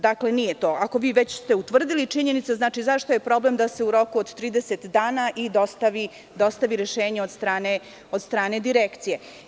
Dakle, ako ste već utvrdili činjenice, zašto je problem da se u roku od 30 dana i dostavi rešenje od strane Direkcije?